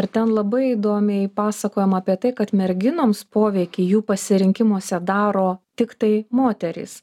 ir ten labai įdomiai pasakojama apie tai kad merginoms poveikį jų pasirinkimuose daro tiktai moterys